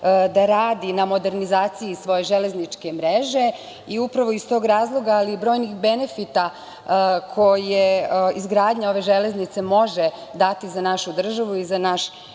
da radi na modernizaciji svoje železničke mreže i upravo iz tog razloga, ali brojnih benefita koje izgradnja ove železnice može dati za našu državu i za naš